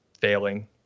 failing